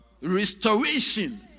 restoration